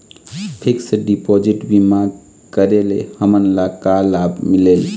Fix deposit बीमा करे ले हमनला का लाभ मिलेल?